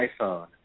iPhone